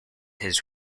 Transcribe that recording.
his